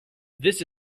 this